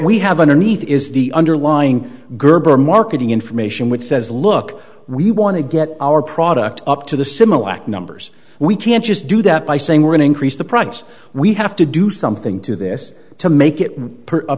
we have underneath is the underlying gerber marketing information which says look we want to get our product up to the similac numbers we can't just do that by saying we're an increase the price we have to do something to this to make it a